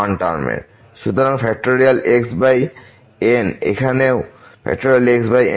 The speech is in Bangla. সুতরাং xN এখানেও এই xN1 এবং তাই